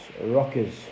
Rockers